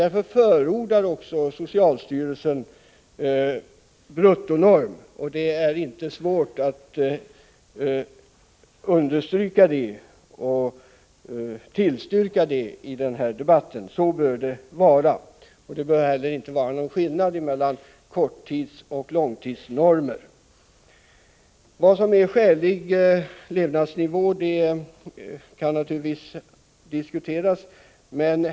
Därför förordar också socialstyrelsen bruttonormer, och det är inte svårt att tillstyrka det i den här debatten. Så bör det vara. Det bör heller inte vara någon skillnad mellan korttidsoch långstidsnormer. Vad som är skälig levnadsnivå kan naturligtvis diskuteras.